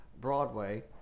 Broadway